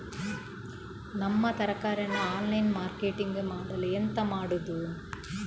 ನಮ್ಮ ತರಕಾರಿಯನ್ನು online marketing ಮಾಡಲು ಎಂತ ಮಾಡುದು?